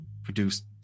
produced